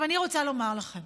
עכשיו אני רוצה לומר לכם